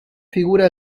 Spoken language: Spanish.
figura